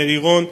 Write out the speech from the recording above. ללירון,